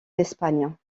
d’espagne